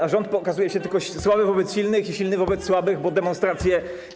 A rząd pokazuje się tylko słaby wobec silnych i silny wobec słabych, bo demonstrację.